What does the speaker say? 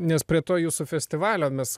nes prie to jūsų festivalio mes